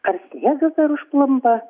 ar jie vis dar užklumpa